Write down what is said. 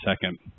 second